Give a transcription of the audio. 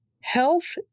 Health